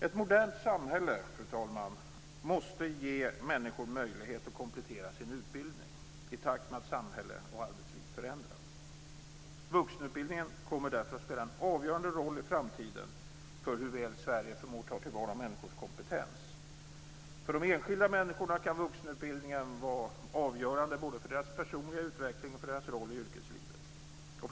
Ett modernt samhälle, fru talman, måste ge människor möjlighet att komplettera sin utbildning i takt med att samhälle och arbetsliv förändras. Vuxenutbildningen kommer därför att spela en avgörande roll i framtiden för hur väl Sverige förmår ta till vara människors kompetens. För de enskilda människorna kan vuxenutbildningen vara avgörande både för deras personliga utveckling och för deras roll i yrkeslivet.